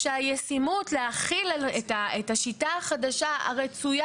להחליט לפנות לרשות רישוי